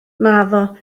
naddo